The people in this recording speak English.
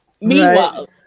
meanwhile